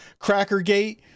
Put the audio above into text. Crackergate